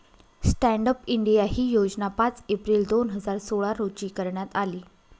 stand up India ही योजना पाच एप्रिल दोन हजार सोळा रोजी सुरु करण्यात आली